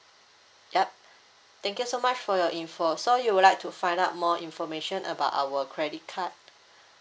yup thank you so much for your info so you would like to find out more information about our credit card